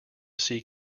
see